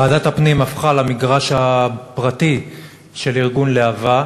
ועדת הפנים הפכה למגרש הפרטי של ארגון להב"ה